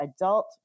adult